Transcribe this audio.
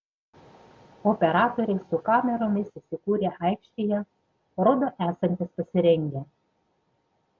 operatoriai su kameromis įsikūrę aikštėje rodo esantys pasirengę